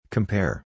Compare